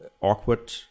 awkward